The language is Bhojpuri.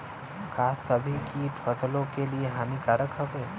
का सभी कीट फसलों के लिए हानिकारक हवें?